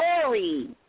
story